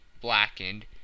blackened